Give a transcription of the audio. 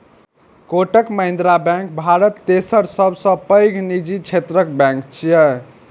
Kotak Mahindra bank Bharat तेसर सबसं पैघ निजी क्षेत्रक बैंक छियै